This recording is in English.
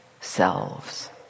selves